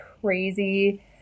crazy